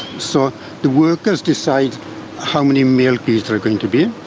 so the workers decide how many male bees there are going to be,